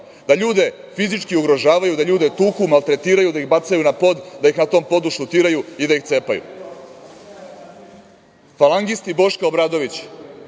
da ljude fizički ugrožavaju, da ljude tuku, maltretiraju, da ih bacaju na pod, da ih na tom podu šutiraju i da ih cepaju. Falangisti Boška Obradovića,